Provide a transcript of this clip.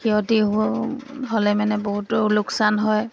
ক্ষতি হ'লে মানে বহুতো লোকচান হয়